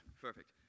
Perfect